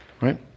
right